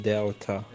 Delta